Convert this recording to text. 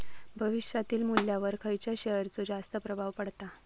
भविष्यातील मुल्ल्यावर खयच्या शेयरचो जास्त प्रभाव पडता?